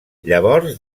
llavors